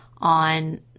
on